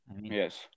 Yes